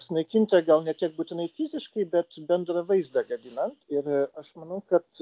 sunaikinta gal ne tiek būtinai fiziškai bet bendrą vaizdą gadina ir aš manau kad